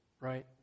right